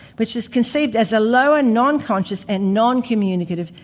which is conceived as a lower non-conscious and non-communicative,